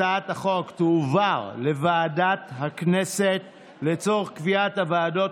הצעת החוק תועבר לוועדת הכנסת לצורך קביעת הוועדות